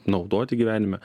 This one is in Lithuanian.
naudoti gyvenime